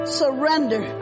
surrender